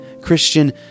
Christian